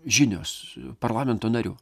žinios parlamento narių